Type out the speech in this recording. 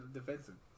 defensive